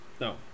No